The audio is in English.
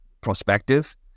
prospective